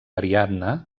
ariadna